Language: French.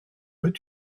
veux